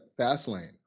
Fastlane